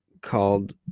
called